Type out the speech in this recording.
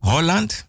Holland